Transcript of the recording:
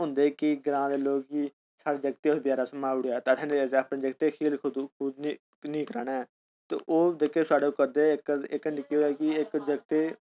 ग्रां दे लोक के साढ़े जगतै बेचारे गी उस मारी ओड़ेआ असें अपने जागतै बेचारे गी खेल कूद नी करवाना ऐ ते ओह् जेह्के साढ़े ओह् करदे इक हाड़ी के होआ कि इक जगते